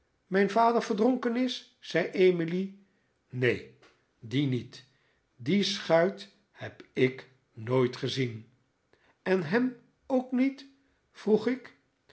mijn vader verdronken is zei emily neen die niet die schuit heb ik nooit gezien en hem ook niet vroeg ik